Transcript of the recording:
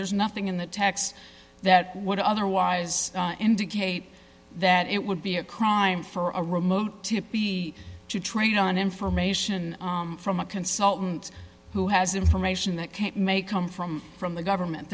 there's nothing in the text that would otherwise indicate that it would be a crime for a remote to trade on information from a consultant who has information that can't may come from from the government